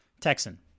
Texan